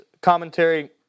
commentary